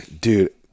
dude